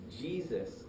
Jesus